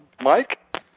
Mike